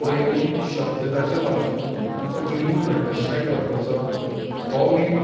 पयलीं शब्द ताचें वाचून ताचो मिनींग अंडस्टेंड करपाचो हो मेन